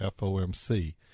FOMC